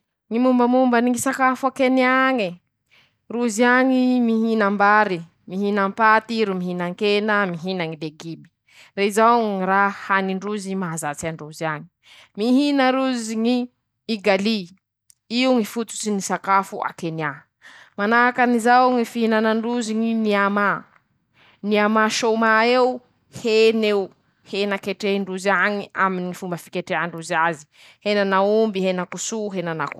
Ñy mombamomba ny ñy sakafo a Kenia añy: Rozy añy mihinambary, mihinampaty ro mihinankena, mihina ñy legimy, rezao ñy raha hanindrozy mahazatsy androzy añy, mihina rozy ñy igalyy5, io ñy fototsy ny ñy sakafo a Kenya, manahakan'izao ñy fihinanandrozy ñy miamà, miamà sômà eo hen'eo, hena ketrihindrozy añe, aminy ñy fomba fiketreha ndrozy aze, henan'aomby, henankso, hena.